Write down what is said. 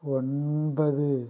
ஒன்பது